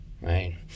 right